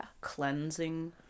cleansing